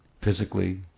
physically